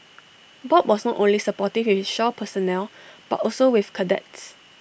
bob was not only supportive with his shore personnel but also with cadets